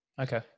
Okay